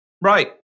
right